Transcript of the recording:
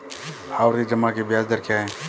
आवर्ती जमा की ब्याज दर क्या है?